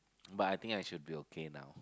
but I think I should be okay now